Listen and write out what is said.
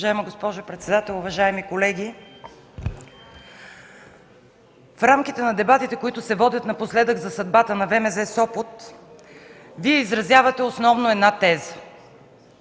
Уважаема госпожо председател, уважаеми колеги! В рамките на дебатите, които се водят напоследък за съдбата на ВМЗ – Сопот, Вие изразявате основно една теза: